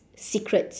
secrets